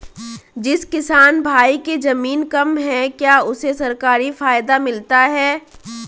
जिस किसान भाई के ज़मीन कम है क्या उसे सरकारी फायदा मिलता है?